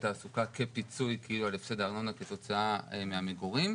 תעסוקה כפיצוי של הארנונה כתוצאה מהמגורים,